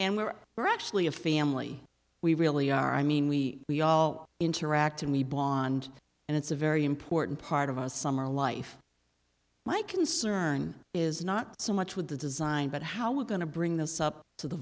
and we were actually a family we really are i mean we we all interact and we bond and it's a very important part of a summer life my concern is not so much with the design but how we're going to bring this up to the